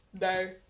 No